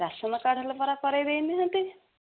ration card ହେଲେ ପରା କରେଇ ଦେଇନାହାଁନ୍ତି